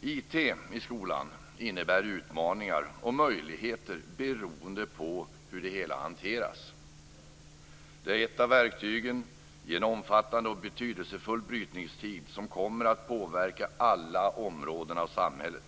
IT i skolan innebär utmaningar och möjligheter beroende på hur det hela hanteras. Det är ett av verktygen i en omfattande och betydelsefull brytningstid som kommer att påverka alla områden av samhället.